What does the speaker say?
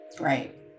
Right